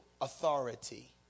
authority